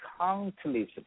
countless